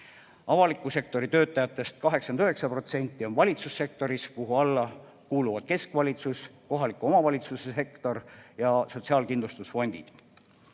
Avaliku sektori töötajatest 89% on valitsussektoris, kuhu alla kuuluvad keskvalitsus, kohaliku omavalitsuse sektor ja sotsiaalkindlustusfondid.